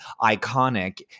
iconic